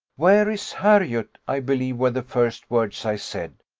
where is harriot i believe, were the first words i said.